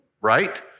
right